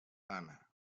anna